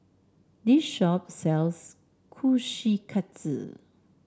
this shop sells Kushikatsu